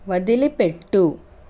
వదిలిపెట్టుము